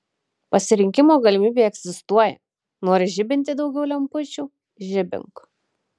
pasirinkimo galimybė egzistuoja nori žibinti daugiau lempučių žibink